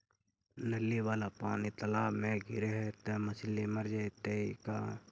नली वाला पानी तालाव मे गिरे है त मछली मर जितै का?